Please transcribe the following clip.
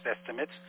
estimates